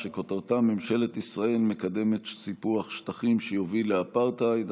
שכותרתה: ממשלת ישראל מקדמת סיפוח שטחים שיוביל לאפרטהייד,